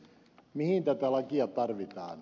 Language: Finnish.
mihin tätä lakia tarvitaan